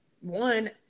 one